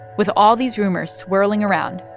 with all these rumors swirling around,